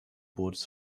boots